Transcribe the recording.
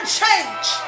change